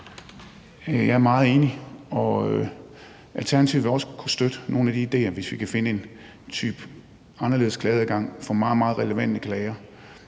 Jeg er meget enig, og Alternativet vil også kunne støtte nogle af de idéer, hvis vi kan finde en anderledes type klageadgang for meget, meget relevante klager.